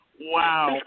Wow